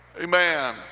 Amen